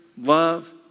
love